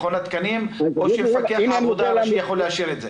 מכון התקנים או שמפקח העבודה יכול לאשר את זה?